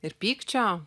ir pykčio